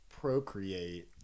procreate